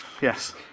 yes